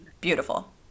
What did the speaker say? Beautiful